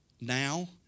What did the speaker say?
now